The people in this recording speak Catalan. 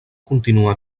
continua